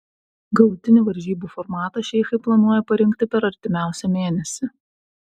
galutinį varžybų formatą šeichai planuoja parinkti per artimiausią mėnesį